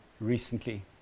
recently